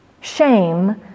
Shame